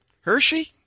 Hershey